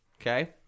Okay